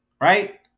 Right